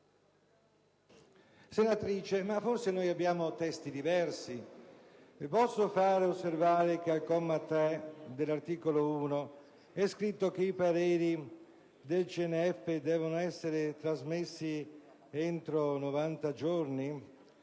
Senatrice Poretti, forse abbiamo testi diversi. Le posso far osservare che al comma 3 dell'articolo 1 è scritto che i pareri del CNF devono essere trasmessi entro novanta giorni